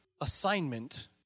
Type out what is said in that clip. assignment